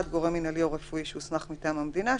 גורם מינהלי או רפואי שהוסמך מטעם המדינה,